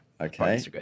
Okay